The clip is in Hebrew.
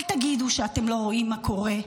אל תגידו שאתם לא רואים מה קורה.